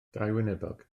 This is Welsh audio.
dauwynebog